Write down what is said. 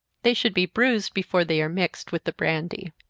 they should be bruised before they are mixed with the brandy.